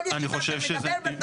כל ישיבה אתה מדבר.